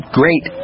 great